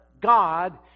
God